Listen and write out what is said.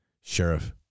Sheriff